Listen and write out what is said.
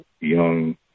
young